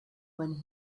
when